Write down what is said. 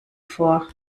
vor